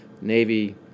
Navy